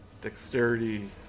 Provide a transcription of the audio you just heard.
dexterity